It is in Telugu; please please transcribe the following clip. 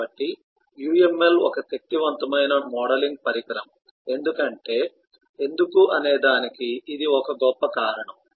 కాబట్టి UML ఒక శక్తివంతమైన మోడలింగ్ పరికరం ఎందుకు అనేదానికి ఇది ఒక గొప్ప కారణం